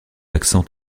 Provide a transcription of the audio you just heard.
accent